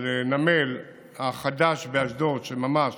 אבל נמל חדש באשדוד ממש